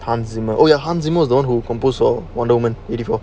pansy mah oh ya pansy mah the one who compose for wonder woman eighty four